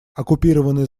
оккупированный